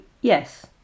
yes